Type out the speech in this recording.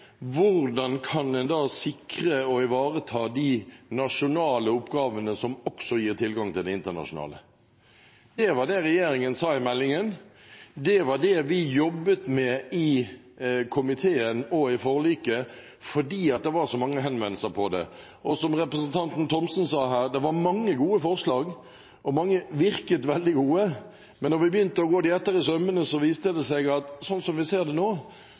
hvordan kan en da sikre å ivareta de nasjonale oppgavene, som også gir tilgang til de internasjonale. Det var det regjeringen sa i meldingen. Det var det vi jobbet med i komiteen og i forliket, fordi det var så mange henvendelser om det. Og som representanten Thomsen sa her, så var det mange gode forslag, og mange virket veldig gode, men når vi begynte å gå dem etter i sømmene, viste det seg at slik vi ser det nå,